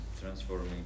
transforming